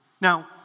Now